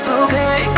okay